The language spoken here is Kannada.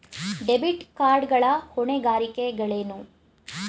ಡೆಬಿಟ್ ಕಾರ್ಡ್ ಗಳ ಹೊಣೆಗಾರಿಕೆಗಳೇನು?